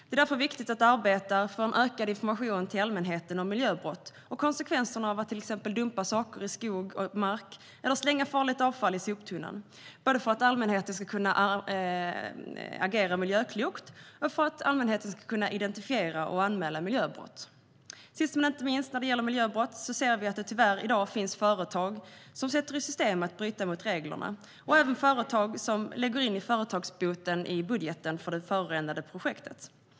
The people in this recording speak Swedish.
Därför är det viktigt att arbeta för en ökad information till allmänheten om miljöbrott och konsekvenserna av att till exempel dumpa saker i skog och mark eller slänga farligt avfall i soptunnan, för att allmänheten både ska agera miljöklokt och kunna identifiera och anmäla miljöbrott. Sist men inte minst när det gäller miljöbrott ser vi att det tyvärr finns företag i dag som sätter i system att bryta mot reglerna och även företag som lägger in företagsboten i budgeten för det förorenande projektet.